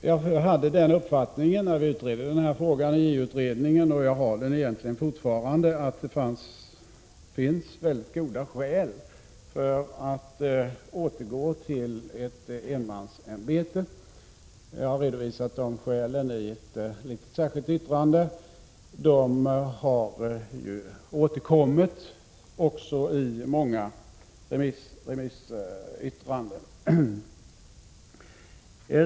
Jag hade den uppfattningen när vi utredde frågan i JO-utredningen, och jag har den egentligen fortfarande, att det finns väldigt goda skäl för att återgå till ett enmansämbete. Jag har redovisat de skälen i ett litet särskilt yttrande. De har återkommit också i många remissyttranden.